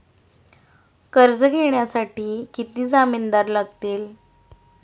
कर्ज घेण्यासाठी किती जामिनदार लागतील?